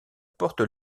porte